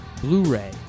Blu-ray